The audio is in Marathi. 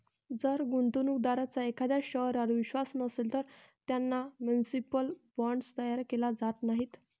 जर गुंतवणूक दारांचा एखाद्या शहरावर विश्वास नसेल, तर त्यांना म्युनिसिपल बॉण्ड्स जारी केले जात नाहीत